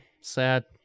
sad